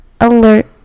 alert